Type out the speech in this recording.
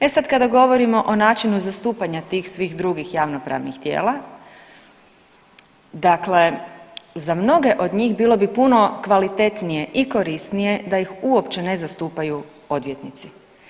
E sad kada govorimo o načinu zastupanja tih svih drugih javno-pravnih tijela, dakle za mnoge od njih bilo bi puno kvalitetnije i korisnije da ih uopće ne zastupaju odvjetnici.